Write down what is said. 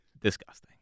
disgusting